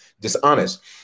dishonest